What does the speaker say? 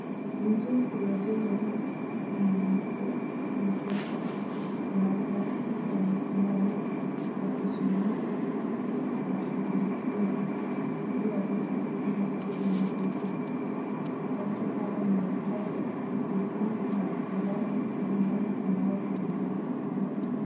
Nje ya jengo hili limeandikwa mpesa na watu wamesimama wakisubiri ili washukulikiwe kutoa pesa ama kutuma pesa. Watu hawa ni watatu ikiwemo na mvulana na mama ambaye amefaa kitambaa.